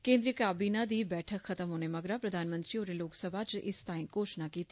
केन्द्री काबीना दी बैठक खत्म होने मगरा प्रधानमंत्री होरें लोक सभा च इस तोई घोशणा कीती